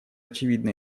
очевидна